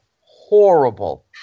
horrible